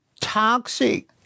toxic